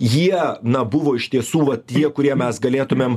jie na buvo iš tiesų va tie kurie mes galėtumėm